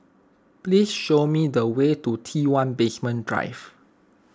please show me the way to T one Basement Drive